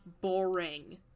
Boring